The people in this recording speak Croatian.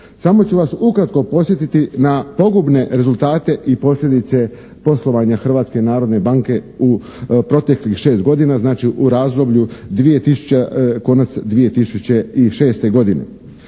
Samo ću vas ukratko podsjetiti na pogubne rezultate i posljedice poslovanja Hrvatske narodne banke u proteklih 6 godina znači u razdoblju konac 2006. godine.